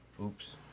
oops